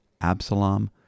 Absalom